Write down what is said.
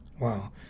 Wow